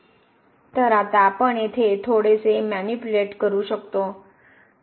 तर आता आपण येथे थोडेसे म्यानिप्युलेट करू शकतो